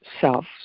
self